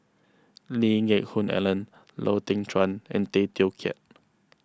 Lee Geck Hoon Ellen Lau Teng Chuan and Tay Teow Kiat